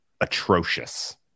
atrocious